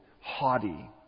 haughty